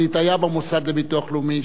היה בה מוסד לביטוח לאומי.